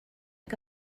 que